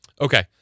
Okay